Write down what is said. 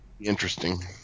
interesting